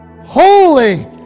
holy